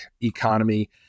economy